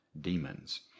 demons